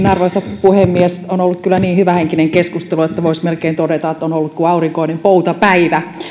arvoisa puhemies on ollut kyllä niin hyvähenkinen keskustelu että voisi melkein todeta että on ollut kuin aurinkoinen poutapäivä